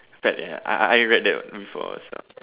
that ya I I I read that before also